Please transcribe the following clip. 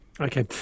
Okay